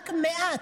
רק מעט,